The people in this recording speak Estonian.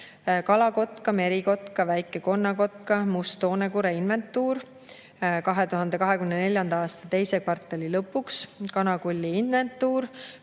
kalakotka, merikotka, väike-konnakotka ja must-toonekure inventuur 2024. aasta teise kvartali lõpuks; kanakulli inventuur;